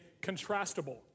contrastable